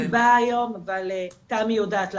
משרד הרווחה, מיכל חמודות